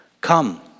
Come